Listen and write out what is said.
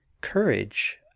courage